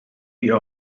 eat